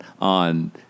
on